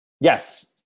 Yes